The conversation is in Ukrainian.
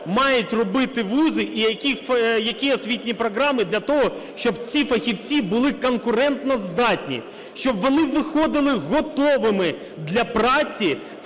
мають робити вузи і які освітні програми для того, щоб ці фахівці були конкурентоздатні, щоб вони виходили готовими для праці